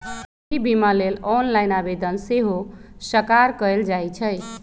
गृह बिमा लेल ऑनलाइन आवेदन सेहो सकार कएल जाइ छइ